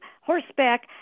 horseback